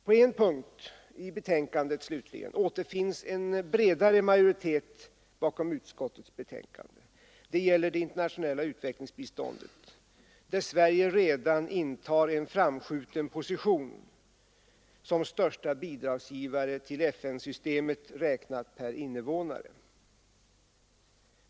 På en punkt, slutligen, återfinns en bredare majoritet bakom utskottets betänkande. Det gäller det internationella utvecklingsbiståndet. Sverige intar redan en framskjuten position i detta sammanhang som största bidragsgivare till FN-systemet, räknat per invånare.